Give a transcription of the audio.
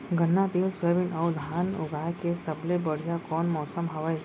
गन्ना, तिल, सोयाबीन अऊ धान उगाए के सबले बढ़िया कोन मौसम हवये?